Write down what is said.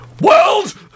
World